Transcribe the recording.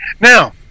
Now